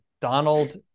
Donald